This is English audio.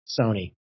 Sony